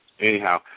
Anyhow